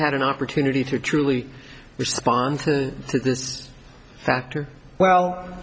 had an opportunity to truly respond to this factor well